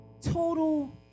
Total